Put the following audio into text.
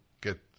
get